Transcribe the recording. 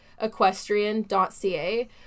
equestrian.ca